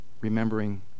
remembering